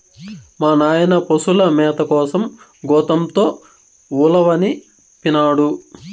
మా నాయన పశుల మేత కోసం గోతంతో ఉలవనిపినాడు